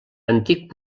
antic